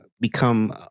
become